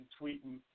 tweeting